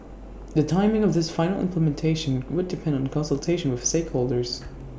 the timing of its final implementation would depend on consultation with stakeholders